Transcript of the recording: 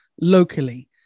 locally